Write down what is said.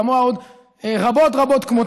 וכמוה עוד רבות רבות.